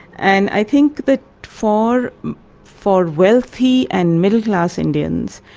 and i think that for for wealthy and middle-class indians,